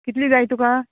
कितली जाय तुका